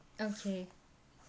okay